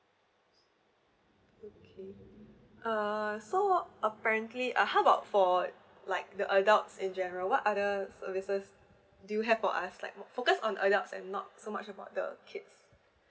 okay uh so apparently uh how about for like the adults in general what are the services do you have for us like focus on adults and not so much about the kids